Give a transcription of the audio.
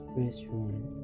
restaurant